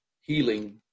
healing